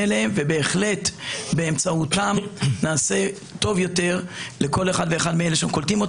אליהם ובאמצעותם נעשה טוב יותר לכל אחד ואחד מהנקלטים.